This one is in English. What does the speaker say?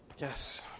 Yes